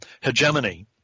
hegemony